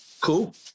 Cool